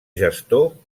gestor